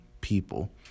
people